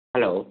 hello